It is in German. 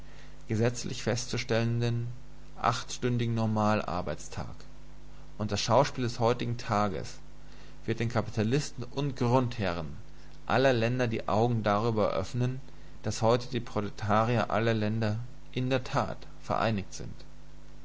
gesetzlich festzustellenden achtstündigen normalarbeitstag und das schauspiel des heutigen tages wird den kapitalisten und grundherren aller länder die augen darüber öffnen daß heute die proletarier aller länder in der tat vereinigt sind